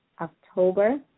October